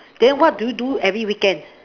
then what do you do every weekend